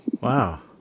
Wow